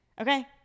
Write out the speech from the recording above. okay